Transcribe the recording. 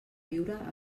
viure